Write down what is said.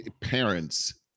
Parents